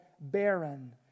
barren